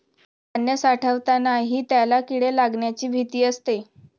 धान्य साठवतानाही त्याला किडे लागण्याची भीती असते